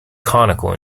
conical